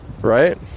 right